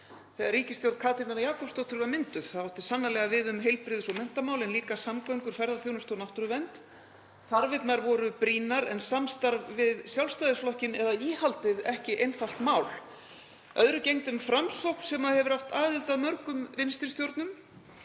þegar ríkisstjórn Katrínar Jakobsdóttur var mynduð. Það átti sannarlega við um heilbrigðis- og menntamálin, líka samgöngumál, ferðaþjónustu og náttúruvernd. Þarfirnar voru brýnar en samstarf við Sjálfstæðisflokkinn eða íhaldið ekki einfalt mál. Öðru gegndi um Framsókn sem hefur átt aðild að mörgum vinstri stjórnum.